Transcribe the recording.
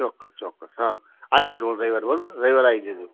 ચોક્કસ ચોક્કસ હા આવી જજો રવિવાર બરાબર રવિવાર આવી જજો